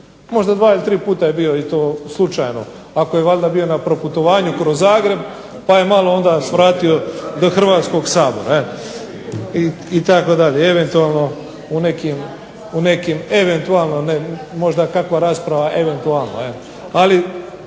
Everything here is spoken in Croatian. Možda dva ili tri puta je bio i to slučajno, ako je valjda bio na proputovanju kroz Zagreb pa je malo onda svratio do Hrvatskoga sabora itd., eventualno u nekim, eventualno možda kakva rasprava, eventualno.